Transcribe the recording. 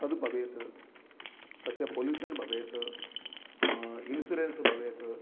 तद् भवेत् तस्य पोल्युशन् भवेत् इन्सुरेन्स भवेत्